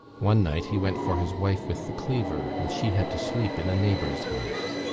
one night he went for his wife with the cleaver and she had to sleep in a neighbour's house.